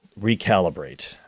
recalibrate